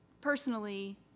personally